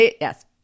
Yes